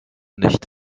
nicht